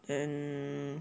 then